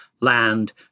land